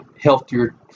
healthier